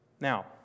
Now